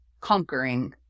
conquering